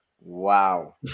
Wow